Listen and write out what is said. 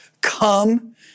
Come